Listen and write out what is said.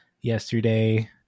yesterday